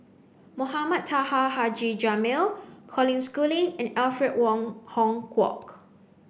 Mohamed Taha Haji Jamil Colin Schooling and Alfred Wong Hong Kwok